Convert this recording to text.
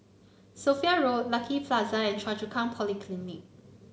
Sophia Road Lucky Plaza and Choa Chu Kang Polyclinic